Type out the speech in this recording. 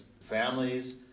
Families